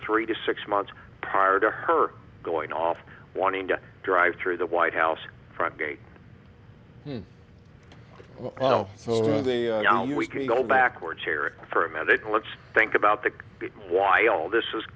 three to six months prior to her going off wanting to drive through the white house front gate we can go backwards here for a minute let's think about the why all this is